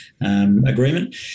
agreement